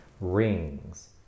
rings